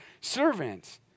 servant